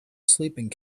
sleeping